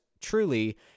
truly